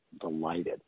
delighted